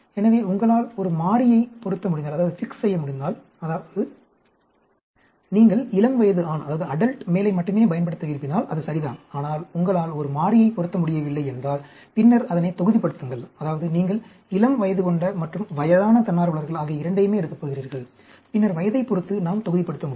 எனவே உங்களால் ஒரு மாறியைப் பொருத்த முடிந்தால் அதாவது நீங்கள் இளம்வயது ஆணை மட்டுமே பயன்படுத்த விரும்பினால் அது சரிதான் ஆனால் உங்களால் ஒரு மாறியைப் பொருத்த முடியவில்லை என்றால் பின்னர் அதனை தொகுதிப்படுத்துங்கள் அதாவது நீங்கள் இளம்வயது கொண்ட மற்றும் வயதான தன்னார்வலர்கள் ஆகிய இரண்டையுமே எடுக்கப் போகிறீர்கள் பின்னர் வயதைப் பொறுத்து நாம் தொகுதிப்படுத்த முடியும்